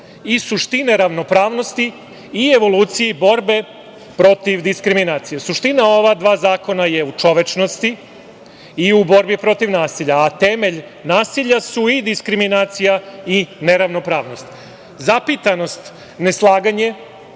i suštine ravnopravnosti i evoluciji borbe protiv diskriminacije. Suština ova dva zakona je u čovečnosti i u borbi protiv nasilja, a temelj nasilja su i diskriminacija i neravnopravnost. Zapitanost neslaganje